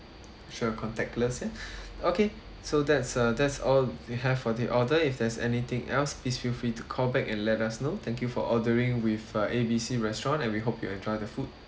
sure contactless ya okay so that's uh that's all we have for the order if there's anything else please feel free to call back and let us know thank you for ordering with uh A B C restaurant and we hope you enjoy the food